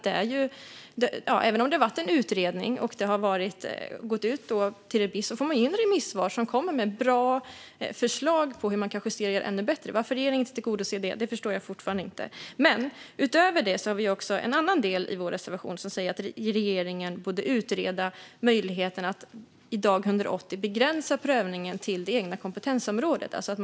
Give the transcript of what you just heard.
Det har gjorts en utredning som har gått ut på remiss, och man får in remissvar med bra förslag på hur man kan justera detta och göra det ännu bättre. Varför regeringen då inte tillgodoser detta förstår jag fortfarande inte. Utöver det här har vi som sagt en annan del i vår reservation, där vi säger att regeringen borde utreda möjligheterna att vid dag 180 begränsa prövningen till det egna kompetensområdet.